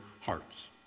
hearts